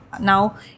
now